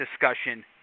discussion